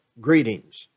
greetings